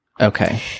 Okay